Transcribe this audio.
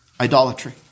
Idolatry